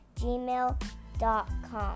gmail.com